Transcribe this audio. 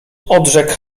odrzekł